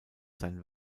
sein